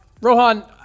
Rohan